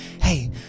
hey